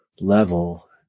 level